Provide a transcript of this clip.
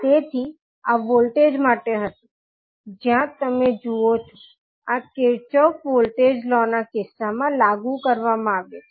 તેથી આ વોલ્ટેજ માટે હતું જ્યાં તમે જુઓ છો આ કિર્ચોફના Kirchhoff's વોલ્ટેજ લો ના કિસ્સામાં લાગુ કરવામાં આવે છે